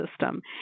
system